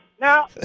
Now